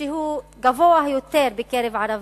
שהוא גבוה יותר בקרב ערבים,